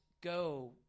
go